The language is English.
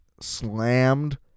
Slammed